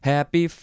Happy